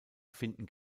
finden